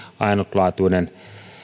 ainutlaatuinen